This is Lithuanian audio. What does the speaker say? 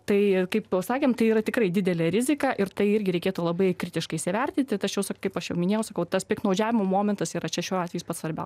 tai kaip sakėm tai yra tikrai didelė rizika ir tai irgi reikėtų labai kritiškai įsivertinti tačiau su kaip aš jau minėjau sakau tas piktnaudžiavimo momentas yra čia šiuo atveju jis pats svarbiau